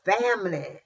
family